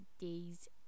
days